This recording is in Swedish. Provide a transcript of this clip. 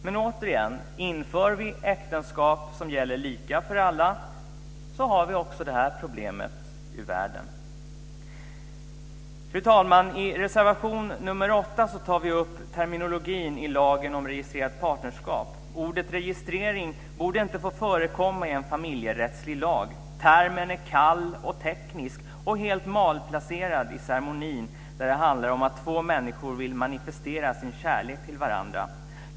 Men återigen: Inför vi äktenskap som gäller lika för alla har vi också det problemet ur världen. Fru talman! I reservation 8 tar vi upp terminologin i lagen om registrerat partnerskap. Ordet "registrering" borde inte få förekomma i en familjerättslig lag. Termen är kall och teknisk och helt malplacerad i en ceremoni där det handlar om att två människor vill manifestera sin kärlek till varandra.